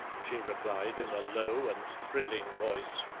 she replied in a low and thrilling voice.